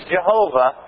Jehovah